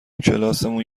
کلاسمون